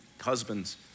husbands